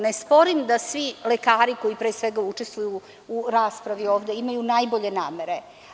Ne sporim da svi lekari koji pre svega učestvuju u raspravi ovde imaju najbolje namere.